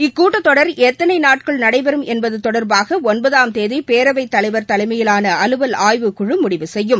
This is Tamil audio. இக்கூட்டத்தொடர் எத்தனை நாட்கள் நடைபெறும் என்பது தொடர்பாக ஒன்பதாம் தேதி பேரவைத் தலைவர் தலைமையிலான அலுவல் ஆய்வுக்குழு முடிவு செய்யும்